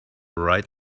right